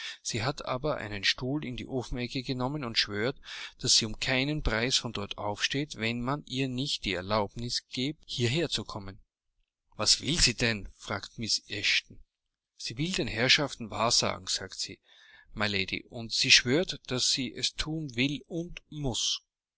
sie hat aber einen stuhl in der ofenecke genommen und schwört daß sie um keinen preis von dort aufsteht wenn man ihr nicht die erlaubnis giebt hierher zu kommen was will sie denn hier fragte mrs eshton sie will den herrschaften wahrsagen sagt sie mylady und sie schwört daß sie es thun will und muß